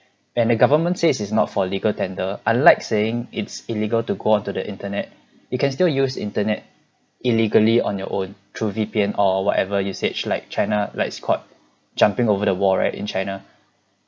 and the government says is not for legal tender unlike saying it's illegal to go on to the internet you can still use internet illegally on your own through V_P_N or whatever usage like china like scott jumping over the wall right in china